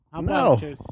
No